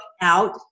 out